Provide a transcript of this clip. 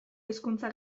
hizkuntza